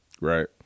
Right